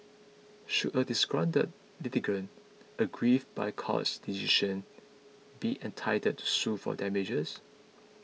should a disgruntled litigant aggrieve by courts decisions be entitled to sue for damages